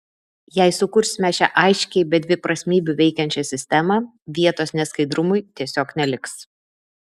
jei sukursime šią aiškiai be dviprasmybių veikiančią sistemą vietos neskaidrumui tiesiog neliks